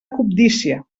cobdícia